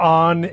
on